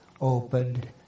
opened